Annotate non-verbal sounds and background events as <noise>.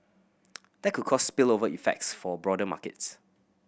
<noise> that could cause spillover effects for broader markets